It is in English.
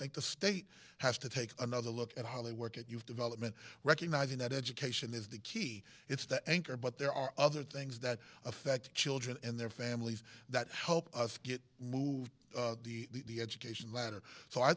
think the state has to take another look at how they work at youth development recognizing that education is the key it's the anchor but there are other things that affect children and their families that help us get move the education ladder so i